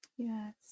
Yes